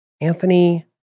Anthony